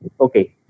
Okay